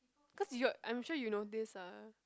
cause you're I'm sure you notice ah